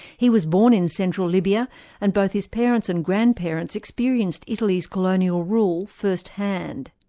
he was born in central libya and both his parents and grandparents experienced italy's colonial rule first-hand.